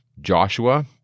Joshua